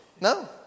No